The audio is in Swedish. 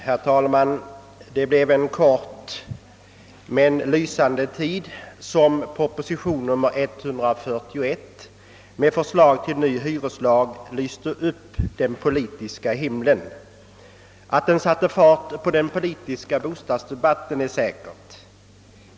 Herr talman! Det blev en kort men lysande tid som proposition nr 141 med förslag till ny hyreslag lyste upp den politiska himlen. Att den satte fart på den politiska bostadsdebatten är i varje fall säkert.